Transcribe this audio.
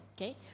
okay